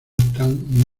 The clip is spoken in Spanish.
están